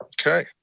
Okay